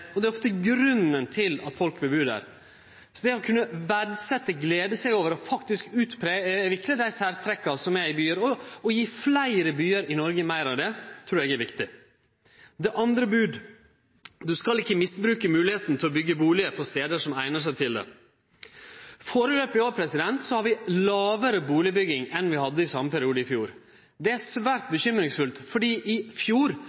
er ofte grunnen til at folk vil bu der. Det å kunne verdsetje, glede seg over og faktisk utvikle særtrekka som er i byar, og gje fleire byar i Noreg meir av det, trur eg er viktig. Det andre bodet lyder: Du skal ikkje misbruke moglegheita til å byggje bustader på stader som eignar seg til det. Foreløpig i år har vi lågare bustadbygging enn vi hadde i same perioden i fjor. Det er svært bekymringsfullt, for i fjor